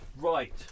right